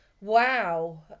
wow